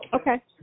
Okay